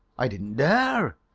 i didn't dare.